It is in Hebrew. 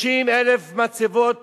50,000 מצבות